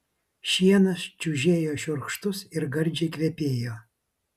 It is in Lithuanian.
šienas čiužėjo šiurkštus ir gardžiai kvepėjo